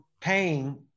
paying